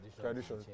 tradition